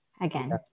again